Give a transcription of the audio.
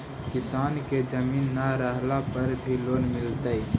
किसान के जमीन न रहला पर भी लोन मिलतइ?